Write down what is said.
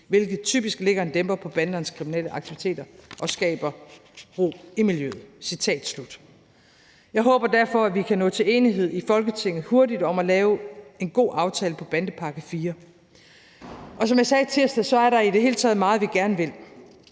hvilket typisk lægger en dæmper på bandernes kriminelle aktiviteter og skaber ro i miljøet.« Jeg håber derfor, at vi kan nå til enighed i Folketinget hurtigt om at lave en god aftale på bandepakke IV. Som jeg sagde i tirsdags, er der i det hele taget meget, vi gerne vil,